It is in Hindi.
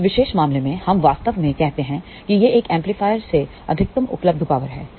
उस विशेष मामले में हम वास्तव में कहते हैं कि यह एक एम्पलीफायर से अधिकतम उपलब्ध पावर है